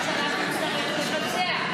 הממשלה תצטרך לבצע.